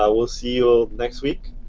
ah we'll see you next week,